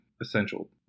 essential